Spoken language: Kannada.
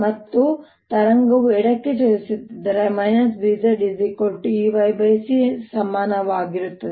ಮತ್ತು ಆದ್ದರಿಂದ ಅಲೆಯು ಎಡಕ್ಕೆ ಚಲಿಸುತ್ತಿದ್ದರೆ BzEyc ಸಮನಾಗಿರುತ್ತದೆ